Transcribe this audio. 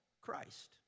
Christ